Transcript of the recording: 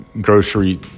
grocery